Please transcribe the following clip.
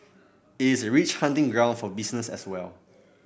it is a rich hunting ground for business as well